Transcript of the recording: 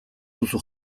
duzu